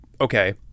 okay